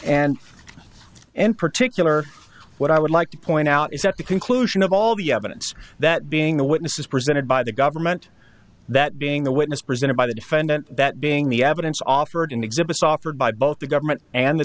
and and particular what i would like to point out is at the conclusion of all the evidence that being the witnesses presented by the government that being the witness presented by the defendant that being the evidence offered in exhibits offered by both the government and the